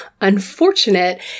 unfortunate